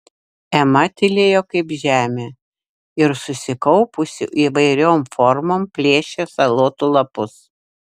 ema tylėjo kaip žemė ir susikaupusi įvairiom formom plėšė salotų lapus